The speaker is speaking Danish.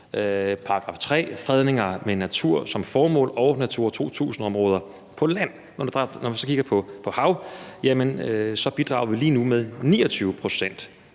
§ 3, fredning med natur som formål, og Natura 2000-områder på land. Når man så kigger på havarealet, bidrager vi lige nu med 29 pct.,